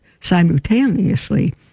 simultaneously